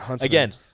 Again